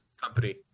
company